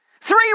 three